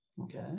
Okay